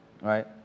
right